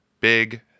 big